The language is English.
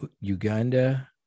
Uganda